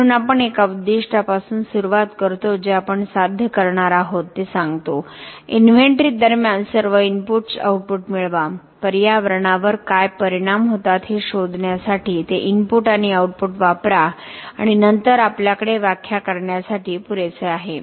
म्हणून आपण एका उद्दिष्टापासून सुरुवात करतो जे आपण साध्य करणार आहोत ते सांगतो इन्व्हेंटरी दरम्यान सर्व इनपुट्स आउटपुट मिळवा पर्यावरणावर काय परिणाम होतात हे शोधण्यासाठी ते इनपुट आणि आउटपुट वापरा आणि नंतर आपल्याकडे व्याख्या करण्यासाठी पुरेसे आहे